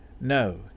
No